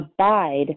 abide